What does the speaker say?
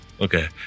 Okay